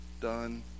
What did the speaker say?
done